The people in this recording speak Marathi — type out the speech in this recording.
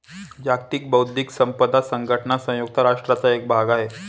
जागतिक बौद्धिक संपदा संघटना संयुक्त राष्ट्रांचा एक भाग आहे